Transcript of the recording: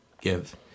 give